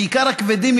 בעיקר הכבדים,